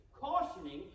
cautioning